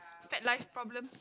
fat life problems